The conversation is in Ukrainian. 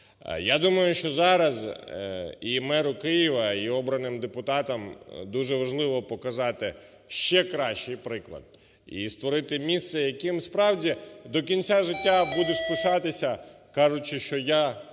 Я думаю, що зараз і меру Києва, і обраним депутатам дуже важливо показати ще кращий приклад і створити місце, яким, справді, до кінця життя будеш пишатися, кажучи, що я